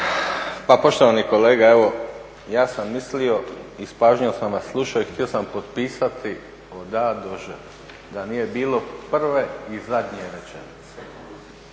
Pa poštovani kolega evo ja sam mislio i s pažnjom sam vas slušao i htio sam potpisati od A do Ž da nije bilo prve i zadnje rečenice.